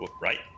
Right